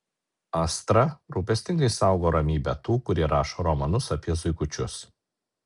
astra rūpestingai saugo ramybę tų kurie rašo romanus apie zuikučius